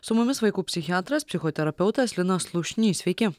su mumis vaikų psichiatras psichoterapeutas linas slušnys sveiki